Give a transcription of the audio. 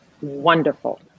wonderful